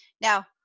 Now